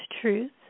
truth